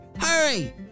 Hurry